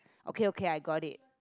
okay okay I got it